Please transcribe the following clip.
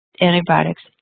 antibiotics